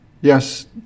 Yes